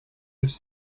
his